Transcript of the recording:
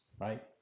right